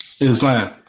Islam